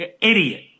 Idiot